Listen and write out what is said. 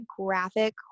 graphic